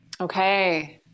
okay